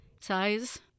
size